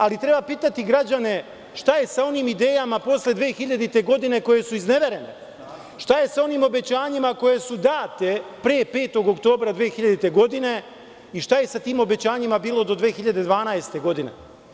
Ali, treba pitati građane šta je sa onim idejama posle 2000. godine koje su izneverene, šta je sa onim obećanjima koja su data pre 5. oktobra 2000. godine i šta je sa tim obećanjima bilo do 2012. godine?